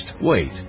Wait